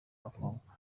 abakobwa